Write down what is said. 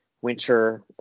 winter